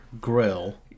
grill